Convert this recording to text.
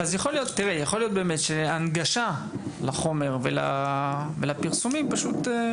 יכול להיות שהנגשה לחומר ולפרסומים פשוט.